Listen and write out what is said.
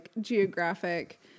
geographic